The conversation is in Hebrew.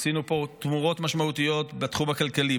עשינו פה תמורות משמעותיות בתחום הכלכלי,